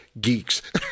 geeks